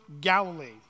Galilee